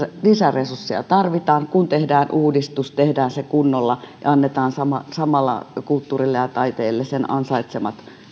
lisäresursseja tarvitaan kun tehdään uudistus tehdään se kunnolla ja annetaan samalla samalla kulttuurille ja taiteelle sen ansaitsemat